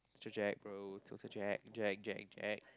the jack bro total Jack Jack Jack Jack